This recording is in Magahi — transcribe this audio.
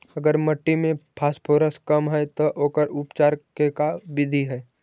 अगर मट्टी में फास्फोरस कम है त ओकर उपचार के का बिधि है?